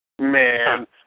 Man